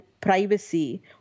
privacy